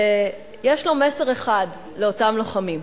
יש לו מסר אחד לאותם לוחמים,